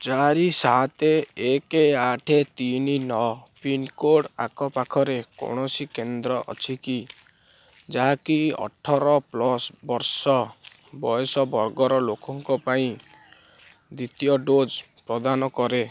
ଚାରି ସାତ ଏକ ଆଠ ତିନି ନଅ ପିନ୍କୋଡ଼୍ ଆଖପାଖରେ କୌଣସି କେନ୍ଦ୍ର ଅଛି କି ଯାହାକି ଅଠର ପ୍ଲସ୍ ବର୍ଷ ବୟସ ବର୍ଗର ଲୋକଙ୍କ ପାଇଁ ଦ୍ୱିତୀୟ ଡୋଜ୍ ପ୍ରଦାନ କରେ